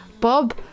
Bob